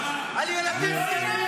שהוא יו"ר